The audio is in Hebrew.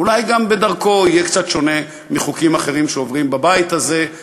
שאולי בדרכו יהיה קצת שונה מחוקים אחרים שעוברים בבית הזה,